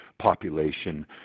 population